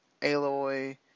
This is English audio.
Aloy